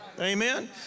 Amen